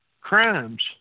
crimes